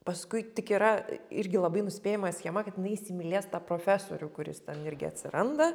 paskui tik yra irgi labai nuspėjama schema kaip jinai įsimylės tą profesorių kuris ten irgi atsiranda